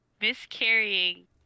miscarrying